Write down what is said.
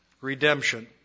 redemption